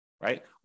right